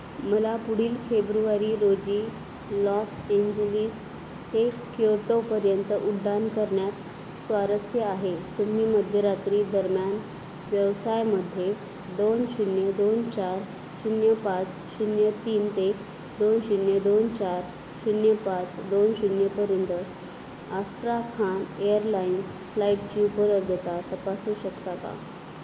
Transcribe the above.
मला पुढील फेब्रुवारी रोजी लॉस एंजलिस ते क्योटोपर्यंत उड्डाण करण्यात स्वारस्य आहे तुम्ही मध्यरात्री दरम्यान व्यवसायामध्ये दोन शून्य दोन चार शून्य पाच शून्य तीन ते दोन शून्य दोन चार शून्य पाच दोन शून्यपर्यंत आस्ट्राखान एअरलाइन्स फ्लाईटची उपलब्धता तपासू शकता का